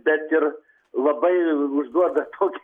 bet ir labai užduoda tokį